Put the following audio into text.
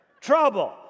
trouble